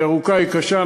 היא ארוכה, היא קשה.